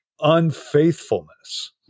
Unfaithfulness